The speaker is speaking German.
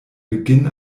beginn